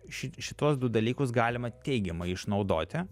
ši šituos du dalykus galima teigiamai išnaudoti